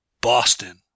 Boston